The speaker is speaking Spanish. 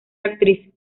actriz